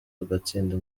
tugatsinda